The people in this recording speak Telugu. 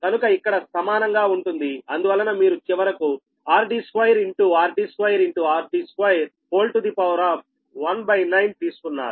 కనుక ఇక్కడ సమానంగా ఉంటుంది అందువలన మీరు చివరకు 19 తీసుకున్నారు